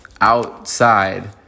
outside